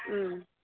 ம்